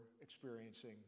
experiencing